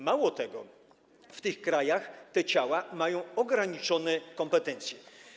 Mało tego, w tych krajach te ciała mają ograniczone kompetencje.